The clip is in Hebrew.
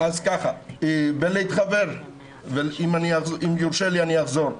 אם יורשה לי, אחזור.